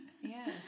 Yes